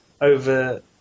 over